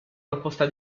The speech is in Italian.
proposta